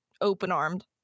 open-armed